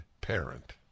parent